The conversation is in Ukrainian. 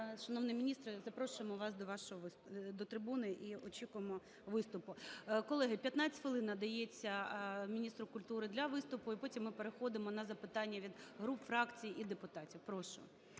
шановний міністре, запрошуємо вас до вашого виступу, до трибуни і очікуємо виступу. Колеги, 15 хвилин надається міністру культури для виступу і потім ми переходимо на запитання від груп, фракцій і депутатів. Прошу.